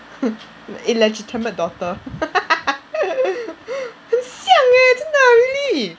illegitimate daughter 很像 eh 真的 really